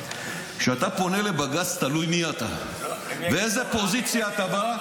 כשאתה פונה לבג"ץ תלוי מי אתה ומאיזו פוזיציה אתה בא.